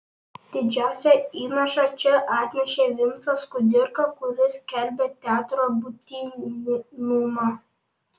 didžiausią įnašą čia atnešė vincas kudirka kuris skelbė teatro būtinumą